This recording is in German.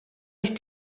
ich